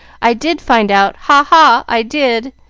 i did find out ha, ha, i did!